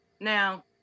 Now